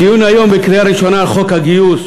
הדיון היום בקריאה ראשונה על חוק הגיוס,